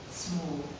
small